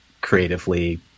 creatively